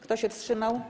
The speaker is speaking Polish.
Kto się wstrzymał?